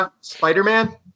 Spider-Man